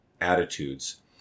attitudes